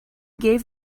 gave